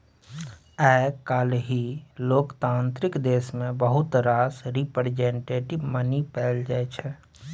आइ काल्हि लोकतांत्रिक देश मे बहुत रास रिप्रजेंटेटिव मनी पाएल जाइ छै